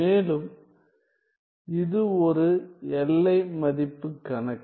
மேலும் இது ஒரு எல்லை மதிப்பு கணக்கு